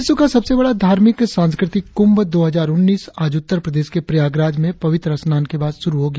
विश्व का सबसे बड़ा धार्मिक सांस्कृतिक कुंभ दो हजार उन्नीस आज उत्तर प्रदेश के प्रयागराज में पवित्र स्नान के बाद शुरु हो गया